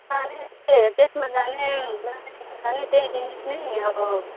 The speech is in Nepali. साह्रै त्यसमा जाने हुन्छ त्यही जिनिस नि अब